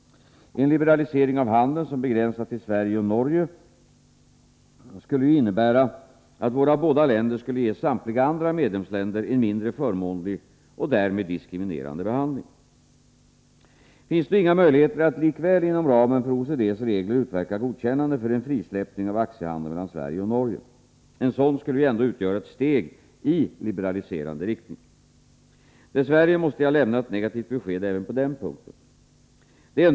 En liberalisering av aktiehandeln som begränsas till Sverige och Norge skulle ju innebära att våra båda länder skulle ge samtliga andra medlemsländer en mindre förmånlig och därmed diskriminerande behandling. Finns då inga möjligheter att likväl inom ramen för OECD:s regler utverka godkännande för en frisläppning av aktiehandeln mellan Sverige och Norge? En sådan skulle ju ändå utgöra ett steg i liberaliserande riktning. Dess värre måste jag lämna ett negativt besked även på den punkten.